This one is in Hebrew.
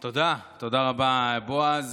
תודה, תודה רבה, בועז.